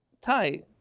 tie